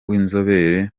w’inzobere